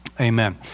Amen